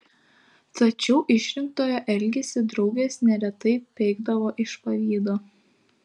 tačiau išrinktojo elgesį draugės neretai peikdavo iš pavydo